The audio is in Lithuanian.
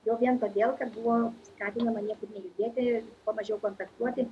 jau vien todėl kad buvo skatinama niekur nejudėti kuo mažiau kontaktuoti